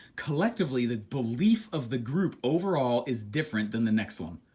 collectively, that belief of the group overall is different than the next one,